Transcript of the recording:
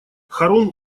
харун